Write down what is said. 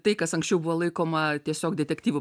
tai kas anksčiau buvo laikoma tiesiog detektyvu